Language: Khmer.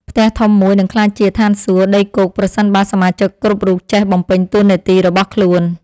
ផ្ទះធំមួយនឹងក្លាយជាឋានសួគ៌ដីគោកប្រសិនបើសមាជិកគ្រប់រូបចេះបំពេញតួនាទីរបស់ខ្លួន។